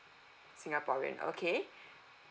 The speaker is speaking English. singaporean okay